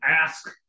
ask